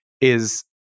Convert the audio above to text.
is-